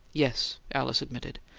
yes, alice admitted.